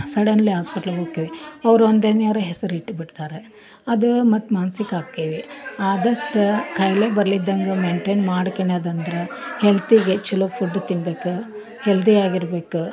suddenly ಆಸ್ಪಿಟ್ಲಿಗೆ ಹೋಕ್ಕೇವಿ ಅವ್ರೊಂದು ಎನಿಯಾರು ಹೆಸರಿಟ್ಟು ಬಿಡ್ತಾರೆ ಅದು ಮತ್ತು ಮಾನಸಿಕ ಆಕ್ಕೇವೆ ಆದಷ್ಟು ಕಾಯಿಲೆ ಬರ್ಲಿಲ್ದಂಗೆ ಮೈಂಟೈನ್ ಮಾಡ್ಕೆನೊದಂದ್ರೆ ಹೆಲ್ತಿಗೆ ಚಲೋ ಫುಡ್ದು ತಿನ್ಬೇಕು ಹೆಲ್ದಿ ಆಗಿರ್ಬೇಕು